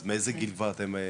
אז מאיזה גיל כבר אתם,